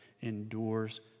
endures